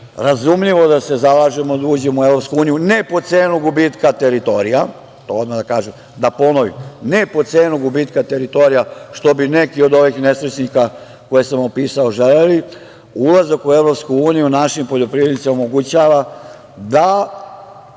razumljivo da se zalažemo da uđemo u EU. Ne po cenu gubitka teritorija, to odmah da kažem i ponovim, ne po cenu gubitka teritorija što bi neki od ovih nesrećnika koje sam opisao želeli, ulazak u EU našim poljoprivrednicima omogućava da